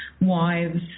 wives